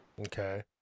Okay